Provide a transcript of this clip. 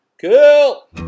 Cool